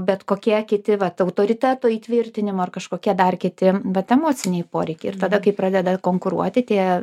bet kokie kiti vat autoriteto įtvirtinimo ar kažkokie dar kiti vat emociniai poreikiai ir tada kai pradeda konkuruoti tie